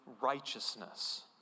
righteousness